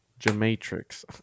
gematrix